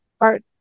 art